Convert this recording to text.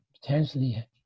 potentially